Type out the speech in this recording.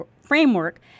framework